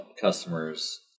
customers